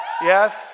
Yes